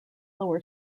lower